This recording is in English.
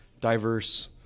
diverse